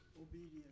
Obedience